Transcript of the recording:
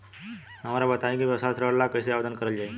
हमरा बताई कि व्यवसाय ऋण ला कइसे आवेदन करल जाई?